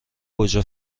گوجه